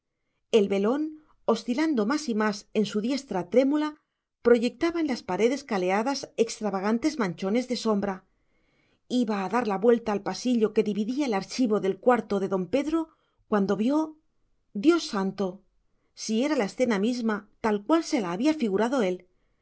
el velón oscilando más y más en su diestra trémula proyectaba en las paredes caleadas extravagantes manchones de sombra iba a dar la vuelta al pasillo que dividía el archivo del cuarto de don pedro cuando vio dios santo sí era la escena misma tal cual se la había figurado él